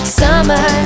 summer